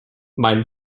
mein